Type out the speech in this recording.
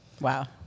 Wow